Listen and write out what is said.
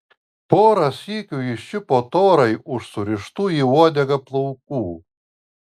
porą sykių jis čiupo torai už surištų į uodegą plaukų